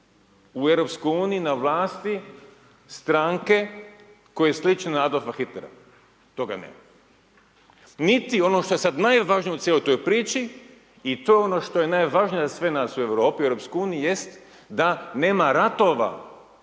u EU na vlasti stranke koje sliče na Adolfa Hitlera, toga nema. Niti ono što je sad najvažnije u cijeloj toj priči i to je ono što je najvažnije za sve nas u Europi, EU, jest da nema ratova